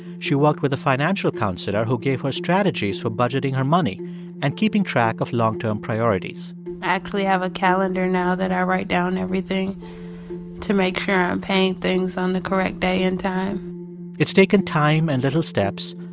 she worked with a financial counselor who gave her strategies for budgeting her money and keeping track of long-term priorities i actually have a calendar now that i write down everything to make sure i'm paying things on the correct day and time it's taken time and little steps,